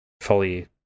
fully